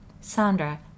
Sandra